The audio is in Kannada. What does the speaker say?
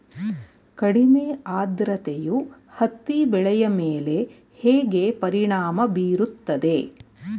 ಕಡಿಮೆ ಆದ್ರತೆಯು ಹತ್ತಿ ಬೆಳೆಯ ಮೇಲೆ ಹೇಗೆ ಪರಿಣಾಮ ಬೀರುತ್ತದೆ?